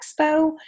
Expo